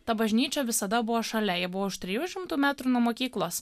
ta bažnyčia visada buvo šalia ji buvo už trijų šimtų metrų nuo mokyklos